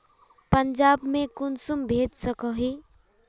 पंजाब में कुंसम भेज सकोही?